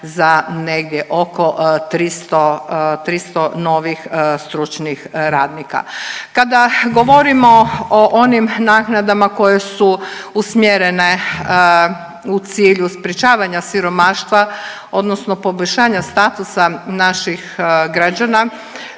za negdje oko 300 novih stručnih radnika. Kada govorimo o onim naknadama koje su usmjerene u cilju sprječavanja siromaštva odnosno poboljšanja statusa naših građana